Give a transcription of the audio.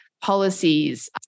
policies